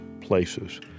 places